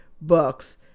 books